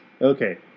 Okay